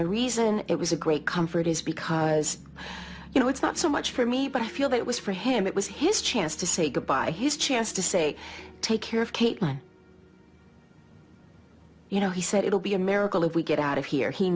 the reason it was a great comfort is because you know it's not so much for me but i feel that it was for him it was his chance to say goodbye his chance to say take care of kate like you know he said it will be a miracle if we get out of here he